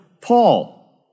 Paul